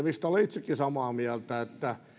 mistä olen itsekin samaa mieltä että